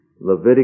Leviticus